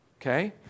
Okay